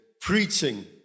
preaching